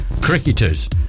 cricketers